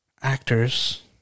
...actors